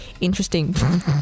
interesting